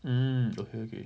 mm okay okay